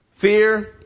Fear